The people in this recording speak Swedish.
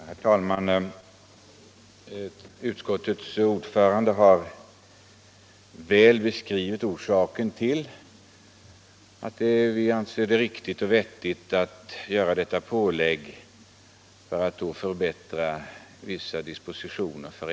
Herr talman! Utskottets ordförande har väl beskrivit orsaken till att vi anser det riktigt och vettigt att göra detta pålägg för att förbättra vissa av SJ:s dispositioner.